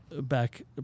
back